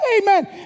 amen